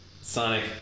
Sonic